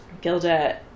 Gilda